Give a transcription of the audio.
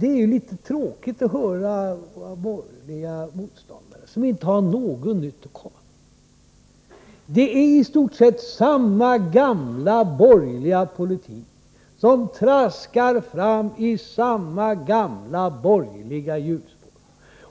För det första är det litet tråkigt att höra våra borgerliga motståndare, som inte har något nytt att komma med. Det är i stort sett samma gamla borgerliga politik. Ni traskar fram i samma gamla borgerliga hjulspår.